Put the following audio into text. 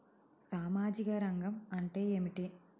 సామాజిక రంగం అంటే ఏమిటి?